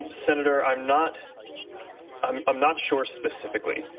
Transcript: and senator, i'm not um i'm not sure specifically.